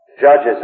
judges